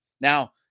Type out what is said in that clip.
Now